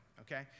okay